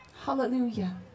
Hallelujah